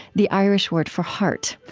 the irish word for heart.